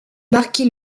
marquer